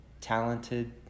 talented